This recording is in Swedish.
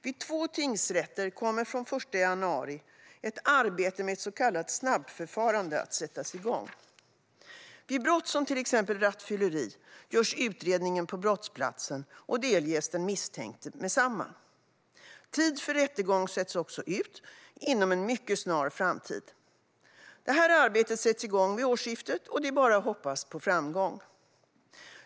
Vid två tingsrätter kommer från den 1 januari ett arbete med ett så kallat snabbförfarande att sättas igång. Vid brott som till exempel rattfylleri görs utredningen på brottsplatsen och delges den misstänkte med detsamma. Tid för rättegång sätts också ut inom en mycket snar framtid. Detta arbete sätts igång vid årsskiftet, och det är bara att hoppas på framgång.